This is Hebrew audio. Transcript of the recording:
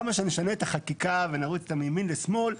אז כמה שנשנה את החקיקה ונרוץ מימין לשמאל,